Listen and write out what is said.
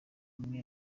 nimwe